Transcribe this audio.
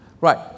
Right